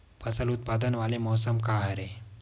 फसल उत्पादन वाले मौसम का हरे?